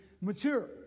mature